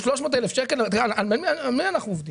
300,000 שקל על מי אנחנו עובדים?